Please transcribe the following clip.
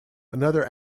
another